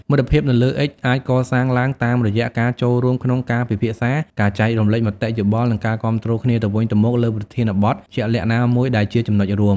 មិត្តភាពនៅលើអិចអាចកសាងឡើងតាមរយៈការចូលរួមក្នុងការពិភាក្សា ការចែករំលែកមតិយោបល់ និងការគាំទ្រគ្នាទៅវិញទៅមកលើប្រធានបទជាក់លាក់ណាមួយ ដែលជាចំណុចរួម។